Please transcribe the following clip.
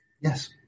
Yes